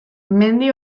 mendi